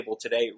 today